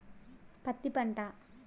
పత్తి పంట